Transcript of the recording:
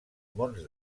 mons